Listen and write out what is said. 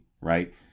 right